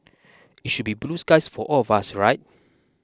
it should be blue skies for all of us right